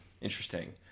Interesting